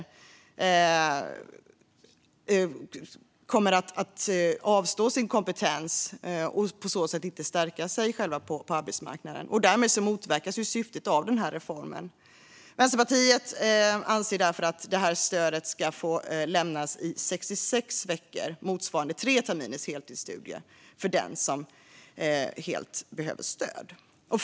De kommer att avstå sin kompetens och på så sätt avstå från att stärka sig själva på arbetsmarknaden. Därmed motverkas syftet med reformen. Vänsterpartiet anser därför att omställningsstudiestöd ska få lämnas i 66 veckor, motsvarande tre terminers heltidsstudier, för den som behöver helt stöd.